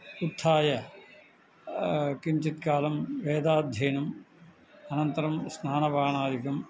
उत्थाय किञ्चित् कालं वेदाध्ययनम् अनन्तरं स्नानपानादिकम्